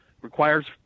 requires